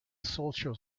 social